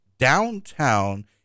downtown